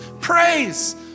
praise